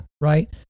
right